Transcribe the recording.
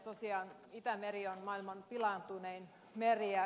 tosiaan itämeri on maailman pilaantunein meri